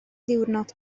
ddiwrnod